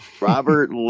Robert